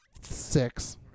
six